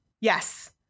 Yes